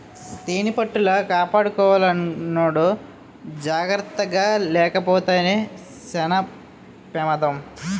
తేనిపట్టుల కాపలాకున్నోడు జాకర్తగాలేపోతే సేన పెమాదం